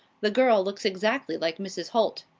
the girl looks exactly like mrs. holt.